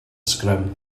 sgrym